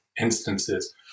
instances